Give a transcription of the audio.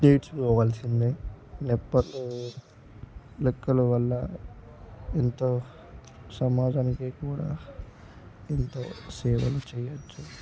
నేర్చుకోవాల్సిందే లెక్కల వల్ల ఎంతో సమాజానికి కూడా ఎంతో సేవలు చేయచ్చు